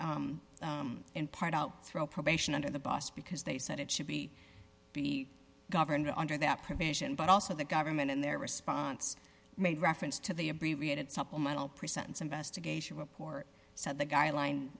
in part out through a probation under the bus because they said it should be be governed under that provision but also the government in their response made reference to the abbreviated supplemental pre sentence investigation report said the guideline